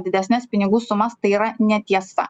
didesnes pinigų sumas tai yra netiesa